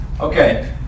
okay